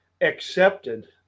accepted